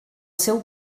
seu